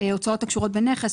הוצאות הקשורות בנכס,